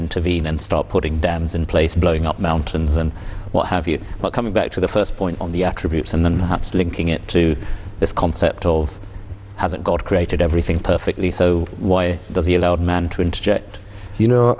intervene and stop putting dams in place blowing up mountains and what have you but coming back to the first point on the attributes and then linking it to this concept of hasn't god created everything perfectly so why does he allowed